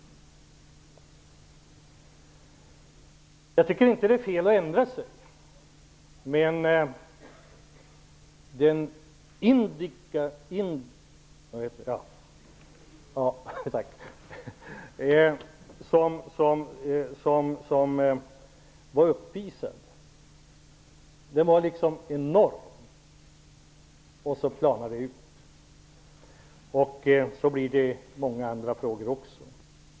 Jag tycker inte att det är fel att ändra sig, men den indignation som uppvisades var enorm. Sedan planade den ut, och det händer också i många andra frågor.